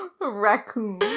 raccoon